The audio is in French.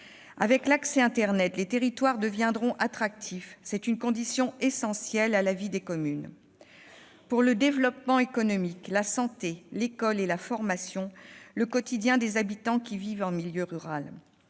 Avec l'accès à internet, les territoires deviendront attractifs. C'est une condition essentielle à la vie des communes. Pour le développement économique, la santé, l'école et la formation, le quotidien des habitants qui vivent en milieu rural,